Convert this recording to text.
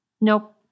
Nope